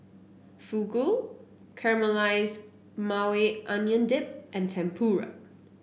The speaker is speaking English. Fugu Caramelized Maui Onion Dip and Tempura